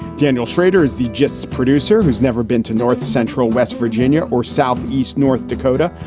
daniel shrader is the gists producer who's never been to north central west virginia or south east north dakota,